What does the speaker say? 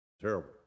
terrible